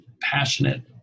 passionate